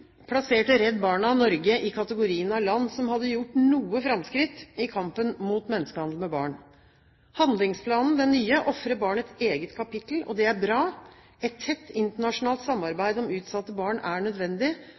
plasserte Redd Barna Norge i kategorien av land som hadde gjort «noe framskritt» i kampen mot menneskehandel med barn. Handlingsplanen – den nye – ofrer barn et eget kapittel, og det er bra. Et tett internasjonalt samarbeid om utsatte barn er nødvendig,